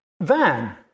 van